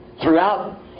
throughout